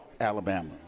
Alabama